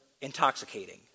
intoxicating